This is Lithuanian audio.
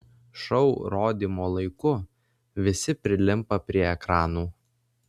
šou rodymo laiku visi prilimpa prie ekranų